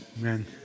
Amen